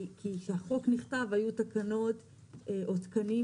כי כשהחוק נכתב היו תקנות או תקנים